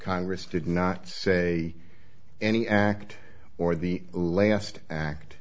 congress did not say any act or the last act